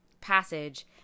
passage